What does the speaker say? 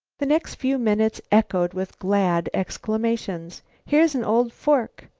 the next few minutes echoed with glad exclamations here's an old fork!